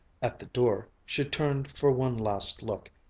at the door she turned for one last look,